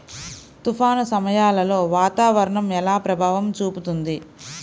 తుఫాను సమయాలలో వాతావరణం ఎలా ప్రభావం చూపుతుంది?